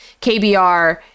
KBR